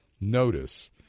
Notice